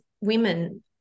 women